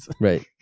right